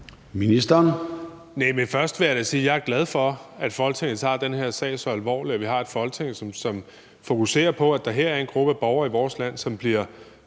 (Kaare Dybvad Bek): Først vil jeg da sige, at jeg er glad for, at Folketinget tager den her sag så alvorligt, altså at vi har et Folketing, som fokuserer på, at der er en gruppe af borgere i vores land, som i hvert